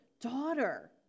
Daughter